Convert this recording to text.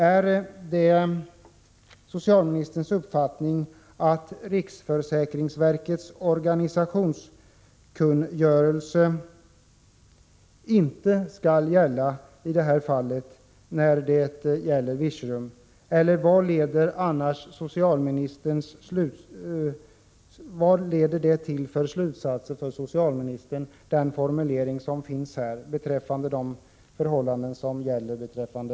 Är det socialministerns uppfattning att riksförsäkringsverkets organisationskungörelse inte skall gälla i Virserumsfallet? Vilken slutsats drar socialministern av denna formulering och dess tillämpning på förhållandena i Virserum?